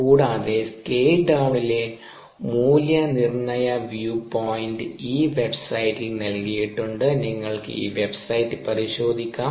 കൂടാതെ സ്കെയിൽ ഡൌൺലെ മൂല്യനിർണ്ണയ വ്യൂ പോയിൻറ് ഈ വെബ്സൈറ്റിൽ നൽകിയിട്ടുണ്ട് നിങ്ങൾക്ക് ഈ വെബ്സൈറ്റ് പരിശോധിക്കാം